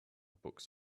books